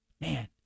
Man